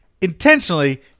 intentionally